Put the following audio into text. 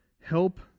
help